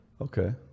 Okay